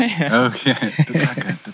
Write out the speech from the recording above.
Okay